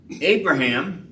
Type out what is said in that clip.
Abraham